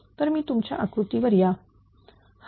तर तुम्ही तुमच्या आकृतीवर या